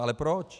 Ale proč?